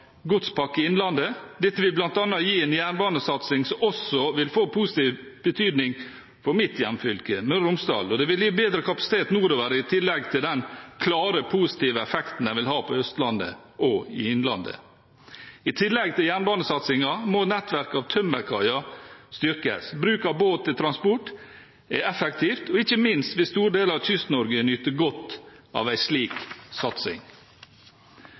Godspakke Innlandet. Dette vil bl.a. gi en jernbanesatsing som også vil få positiv betydning for mitt hjemfylke, Møre og Romsdal, og det vil gi bedre kapasitet nordover, i tillegg til den klart positive effekten det vil ha på Østlandet og i innlandet. I tillegg til jernbanesatsingen må nettverket av tømmerkaier styrkes. Bruk av båt til transport er effektivt, og ikke minst vil store deler av Kyst-Norge nyte godt av en slik satsing.